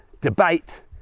debate